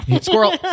Squirrel